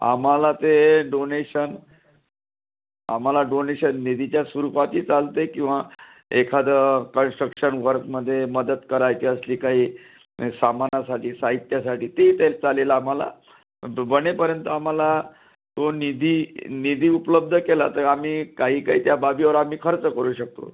आमाला ते डोनेशन आमाला डोनेशन निधीच्याच स्वरूपातही चालते किंवा एखादं कल्स्ट्रक्शन वर्कमध्ये मदत करायची असली काही सामानासाठी साहित्यासाठी तेही त्यात चालेल आम्हाला तो बनेपर्यंत आम्हाला तो निधी निधी उपलब्ध केला तर आम्ही काही काही त्या बाबीवर आम्ही खर्च करू शकतो